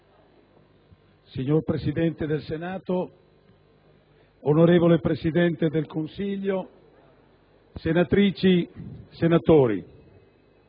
Signor Presidente del Senato, onorevole Presidente del Consiglio, senatrici, senatori,